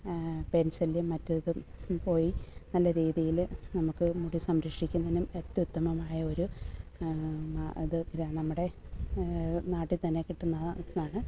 പേൻശല്യം മറ്റേതും പോയി നല്ല രീതിയിൽ നമുക്ക് മുടി സംരക്ഷിക്കുന്നതിനും അത്യുത്തമമായ ഒരു അത് നമ്മുടെ നാട്ടിൽത്തന്നെ കിട്ടുന്ന ഒന്നാണ്